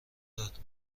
داد